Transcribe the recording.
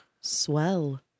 Swell